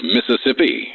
Mississippi